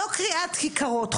לא קריאת כיכרות,